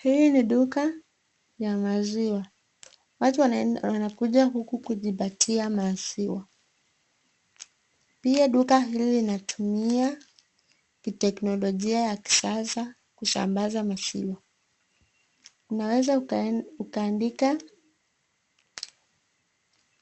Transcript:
Hii ni duka ya maziwa, watu wanae, wanakuja huku kujipatia maziwa pia duka hili inatumia kiteknolojia ya kisasa kusambaza maziwa. Unaweza uka, ukandika